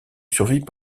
survit